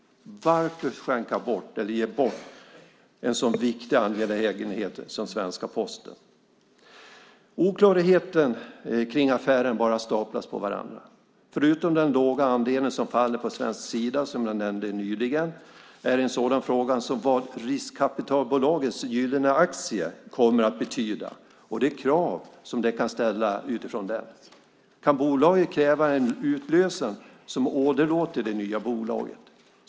Varför ge bort en sådan viktig angelägenhet som Posten? Oklarheter i affären bara staplas på varandra. Förutom den lilla andel som tillfaller Sverige, som jag nyss nämnde, finns frågan vad riskkapitalbolagets gyllene aktie kommer att betyda och vilka krav bolaget kan ställa utifrån det. Kan bolaget kräva en utlösen som åderlåter det nya postbolaget?